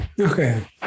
Okay